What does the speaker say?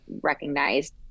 recognized